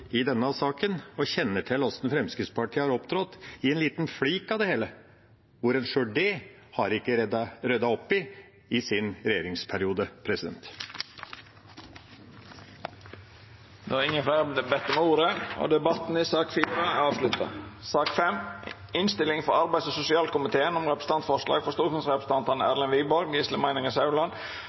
i denne saken og kjenner til hvordan Fremskrittspartiet har opptrådt i en liten flik av det hele, hvor en sjøl ikke har ryddet opp i det i sin regjeringsperiode. Fleire har ikkje bedt om ordet til sak nr. 4. Etter ynske frå arbeids- og sosialkomiteen vil presidenten ordna debatten slik: 5 minutt til kvar partigruppe og